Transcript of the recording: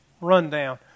rundown